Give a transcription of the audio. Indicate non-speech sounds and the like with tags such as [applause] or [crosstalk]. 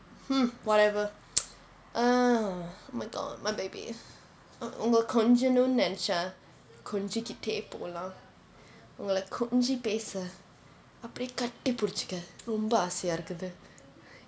hmm whatever [noise] oh my god my baby uh உங்களே கொஞ்சனும் நினைச்சேன் கொஞ்சிகிட்டே போலாம் உங்களை கொஞ்சி பேச அப்படி கட்டி பிடிச்சுக்க ரொம்ப ஆசையா இருக்குது:unga konchanum ninaichen konjikitte polaam ungalai konchi pesa appadi katti pidichukka romba aasaiyaa irukkuthu